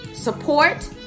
Support